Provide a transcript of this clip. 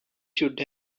should